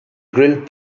grilled